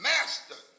Master